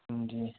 جی